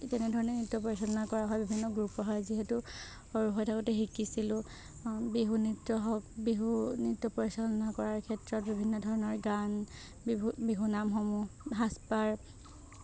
তেনেধৰণে নৃত্য পৰিচালনা কৰা হয় বিভিন্ন গ্ৰুপৰ হৈ যিহেতু সৰু হৈ থাকোঁতে শিকিছিলোঁ বিহু নৃত্য হওঁক বিহু নৃত্য পৰিচালনা কৰাৰ ক্ষেত্ৰত বিভিন্ন ধৰণৰ গান বিহু বিহুনামসমূহ সাজপাৰ